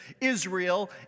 Israel